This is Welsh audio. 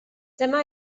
dyma